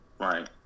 Right